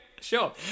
sure